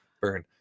Burn